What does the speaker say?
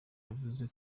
yavuze